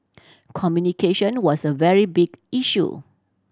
communication was a very big issue